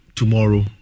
tomorrow